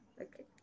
Okay